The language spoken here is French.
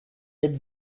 êtes